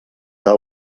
que